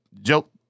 joke